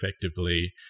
effectively